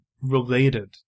related